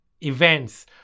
events